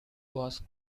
was